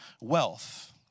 wealth